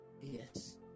Yes